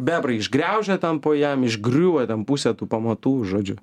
bebrų bebrai išgraužia tampo jam išgriūva dar pusę tų pamatų žodžiu